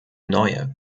neue